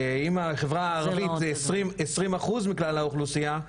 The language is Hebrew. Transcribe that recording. אם החברה הערבית היא עשרים אחוז מכלל האוכלוסייה,